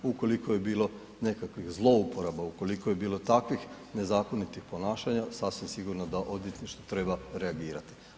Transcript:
Ukoliko je bilo nekakvih zlouporaba, ukoliko je bilo takvih nezakonitih ponašanja, sasvim sigurno da odvjetništvo treba reagirati.